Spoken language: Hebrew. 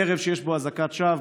ערב שיש בו אזעקת שווא,